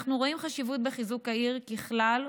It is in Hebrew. אנחנו רואים חשיבות בחיזוק העיר ככלל,